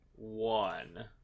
One